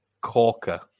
corker